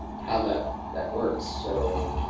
how that that works. so,